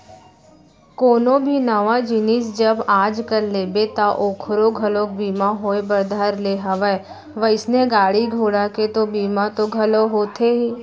कोनो भी नवा जिनिस जब आज कल लेबे ता ओखरो घलोक बीमा होय बर धर ले हवय वइसने गाड़ी घोड़ा के तो बीमा तो घलौ होथे ही